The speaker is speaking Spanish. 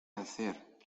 hacer